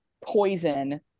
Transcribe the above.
poison